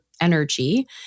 energy